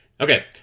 Okay